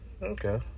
Okay